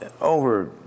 over